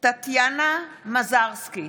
אני טטיאנה מזרסקי,